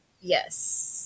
Yes